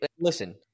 listen